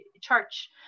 church